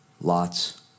Lot's